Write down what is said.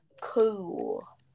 cool